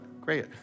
Great